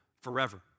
forever